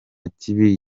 kibi